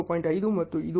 5 ಮತ್ತು ಇದು 53